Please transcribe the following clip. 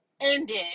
ended